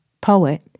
poet